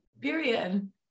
period